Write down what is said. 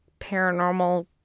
paranormal